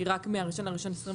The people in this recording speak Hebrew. הן רק מה- 1.1.25,